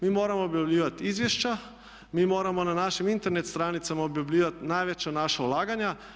Mi moramo objavljivati izvješća, mi moramo na našim Internet stranicama objavljivati najveća naša ulaganja.